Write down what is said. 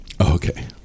Okay